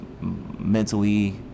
mentally